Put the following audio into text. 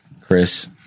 Chris